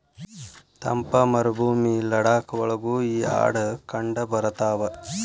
ತಂಪ ಮರಭೂಮಿ ಲಡಾಖ ಒಳಗು ಈ ಆಡ ಕಂಡಬರತಾವ